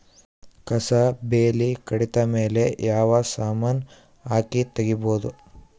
ಕಸಾ ಬೇಲಿ ಕಡಿತ ಮೇಲೆ ಯಾವ ಸಮಾನ ಹಾಕಿ ತಗಿಬೊದ?